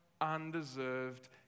undeserved